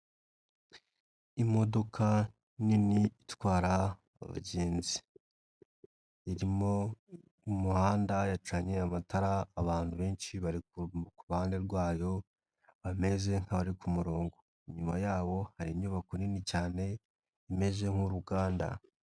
Imodoka nini itwara abagenzi irimo umuhanda yacanye amatara abantu benshi bari iruhande rwayo bameze nkabari ku kumurongo, inyuma yaho hari inyubako nini cyane imeze nk'uruganda.